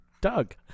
Doug